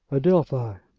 adelphi,